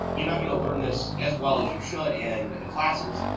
you're not going to learn this as well as you should in the classes.